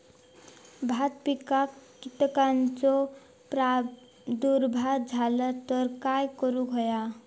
भात पिकांक कीटकांचो प्रादुर्भाव झालो तर काय करूक होया?